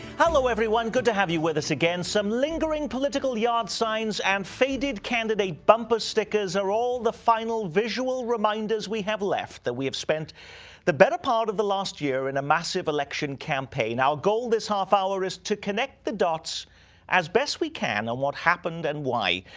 hello, everyone. good to have you with us again. some lingering political yard signs and faded candidate bumper stickers are all the final visual reminders we have left that we have spent the better part of the last year in a massive election campaign. our goal this half hour is to connect the dots as best we can on what happened and why.